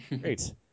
Great